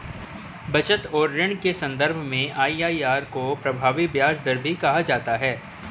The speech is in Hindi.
बचत और ऋण के सन्दर्भ में आई.आई.आर को प्रभावी ब्याज दर भी कहा जाता है